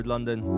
London